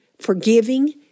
forgiving